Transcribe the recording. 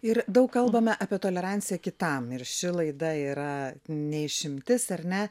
ir daug kalbame apie toleranciją kitam ir ši laida yra ne išimtis ar ne